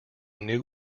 new